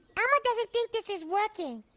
elmo doesn't think this is working.